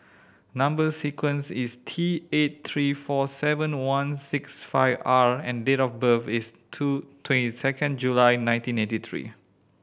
number sequence is T eight three four seven one six five R and date of birth is two twenty second July nineteen eighty three